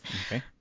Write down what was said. Okay